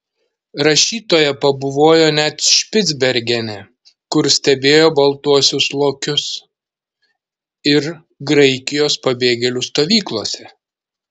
rašytoja pabuvojo net špicbergene kur stebėjo baltuosius lokius ir graikijos pabėgėlių stovyklose